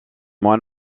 moines